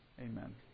amen